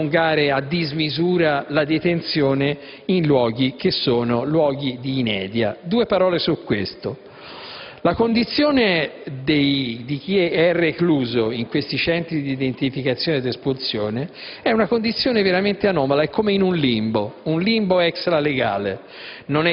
prolungare a dismisura la detenzione in luoghi che sono luoghi di inedia. Due parole su questo. La condizione di chi è recluso in questi Centri di identificazione ed espulsione è veramente anomala, è come in un limbo *extra* legale: